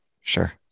Sure